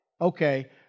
Okay